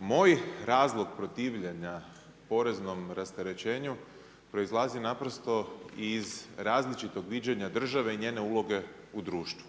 Moj razlog protivljenja poreznom rasterećenju proizlazi naprosto iz različitog viđenja države i njene uloge u društvu.